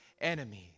enemies